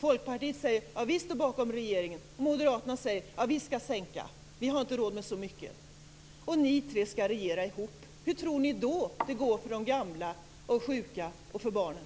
Folkpartiet säger att man står bakom regeringen, och Moderaterna säger att de skall satsa mindre därför att de inte har råd med så mycket. Ni tre partier skall alltså regera ihop. Hur tror ni att det då går för de gamla, de sjuka och barnen?